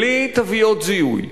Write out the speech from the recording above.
בלי תוויות זיהוי,